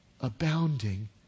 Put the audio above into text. abounding